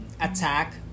attack